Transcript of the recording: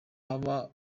haba